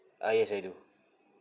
ah yes I do